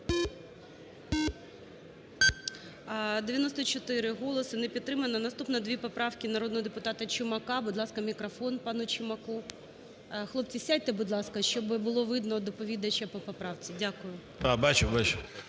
94 голоси, не підтримана. Наступна, дві поправки народного депутата Чумака. Будь ласка, мікрофон пану Чумаку. Хлопці, сядьте, будь ласка, щоби було видно доповідача по поправці. Дякую.